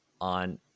on